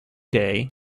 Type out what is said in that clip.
day